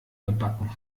gebacken